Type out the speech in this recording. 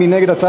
מי נגד?